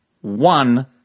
One